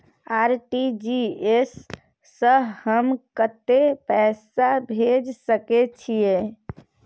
RTG S स हम कत्ते पैसा भेज सकै छीयै?